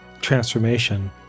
transformation